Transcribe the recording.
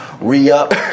re-up